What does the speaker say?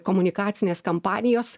komunikacinės kampanijos